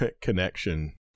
connection